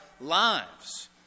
lives